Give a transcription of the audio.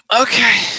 Okay